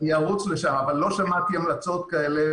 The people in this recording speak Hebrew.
לא שמעתי המלצות כאלה